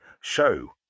show